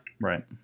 Right